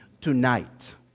tonight